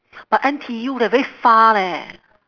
but N_T_U leh very far leh